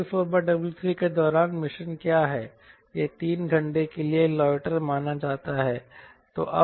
W4W3 के दौरान mission क्या है यह 3 घंटे के लिए लाइटर माना जाता है